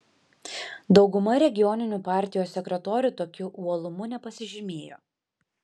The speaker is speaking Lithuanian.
dauguma regioninių partijos sekretorių tokiu uolumu nepasižymėjo